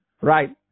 Right